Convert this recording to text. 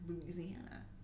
Louisiana